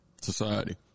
society